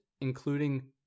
including